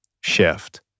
shift